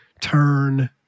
turn